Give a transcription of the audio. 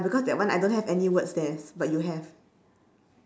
because that one I don't have any words there but you have